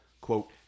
quote